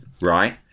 right